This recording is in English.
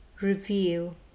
review